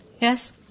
Yes